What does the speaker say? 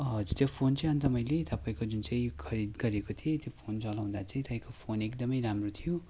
हजुर त्यो फोन चाहिँ अन्त मैले तपाईँको जुन चाहिँ खरिद गरेको थिएँ त्यो फोन चलाउँदा चाहिँ तपाईँको फोन एकदमै राम्रो थियो